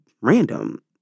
random